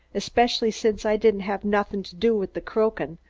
especially since i didn't have nothin' to do with the croakin',